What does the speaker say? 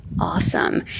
Awesome